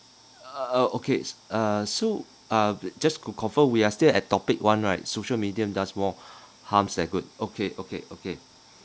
uh okay uh so uh just to confirm we are still at topic one right social media does more harms than good okay okay okay